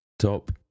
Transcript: Top